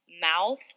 mouth